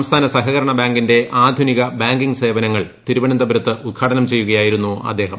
സംസ്ഥാന സഹകരണ ബാങ്കിന്റെ ആധുനിക ബാങ്കിംഗ് സേവനങ്ങൾ തിരുവനന്തപുരത്ത് ഉദ്ഘാടനം ചെയ്യുകയായിരുന്നു അദ്ദേഹം